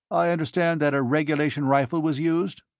i understand that a regulation rifle was used?